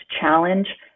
challenge